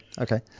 okay